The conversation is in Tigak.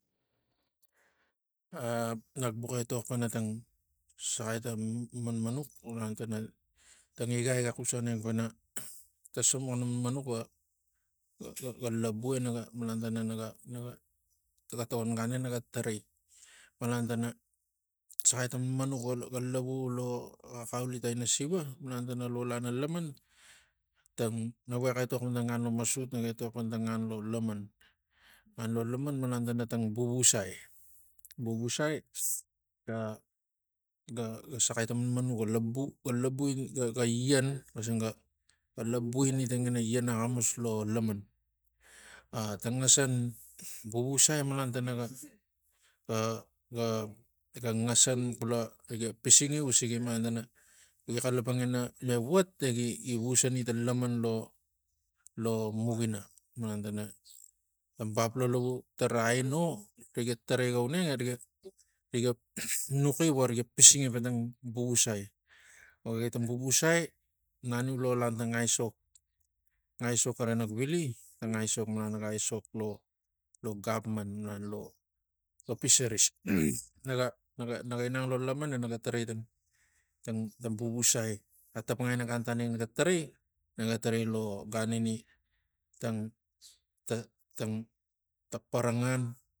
Ah nak bux etok pana tang saxai tang manman ux malan tana tang igai ga xus aneng pana ta sobuxan manmanux ga- ga- ga- ga lavu ena ga- ga malan tana naga tokon gan e naga tarai malan tana saxai ang manmanux ga lavu lo xaxaulitai ina siva malan tana lo lana laman tang naveka etok pana tung nagan ngan lo masut naga etok pana ngan iria laman malantana tang vuvusai vuvusai ga- ga- ga saxai tang manmanux ga labu ga labu ega ian xasa ga labu ina tangina lanaxamus lo laman ah tang ngasan vuvusai malan tana ga- ga- ga ngasan kula riga pising usigi malan tana gi xalapang ina mavuat egi gi visani tang laman lo- lo- lo mukmamalan tana bap lo- lo lovu tara aino riga tarai ga une ng eriga riga punaxi vo riga pisingi para tang vuvusai. Ok tang vuvusai naniu lo lantang aisok aisok gara nak vili tang aisok malan naga aisok lo- lo gapman lo- lo pisaris naga naga lo laman engaga tavai tang vuvusai taptapangai gan tanik naga tarai naga tarai lo ganini tang tang parangan